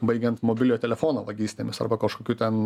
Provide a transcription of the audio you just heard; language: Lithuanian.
baigiant mobiliojo telefono vagystėmis arba kažkokiu ten